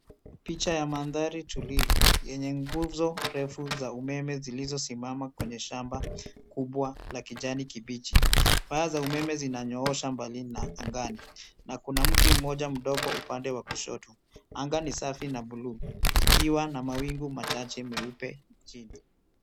Picha ya mandhari tulivu yenye nguzo refu za umeme zilizosimama kwenye shamba kubwa la kijani kibichi. Waya za umeme zinanyoosha mbali na angani na kuna mti moja mdogo upande wa kushoto. Anga ni safi na bluu ikiwa na mawingu machache meupe chini.